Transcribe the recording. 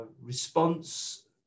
response